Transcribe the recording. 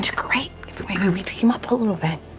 great if maybe we team up a little bit,